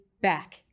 back